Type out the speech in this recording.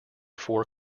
four